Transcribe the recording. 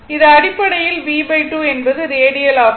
இது அடிப்படையில் b2 என்பது ரேடியஸ் ஆகும்